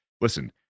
Listen